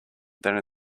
then